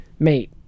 Mate